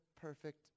perfect